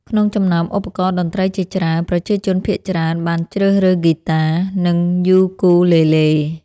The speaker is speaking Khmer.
ក្នុងចំណោមឧបករណ៍តន្ត្រីជាច្រើន ប្រជាជនភាគច្រើនបានជ្រើសរើសហ្គីតា និងយូគូលេលេ ។